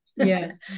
Yes